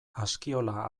askiola